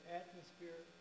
atmosphere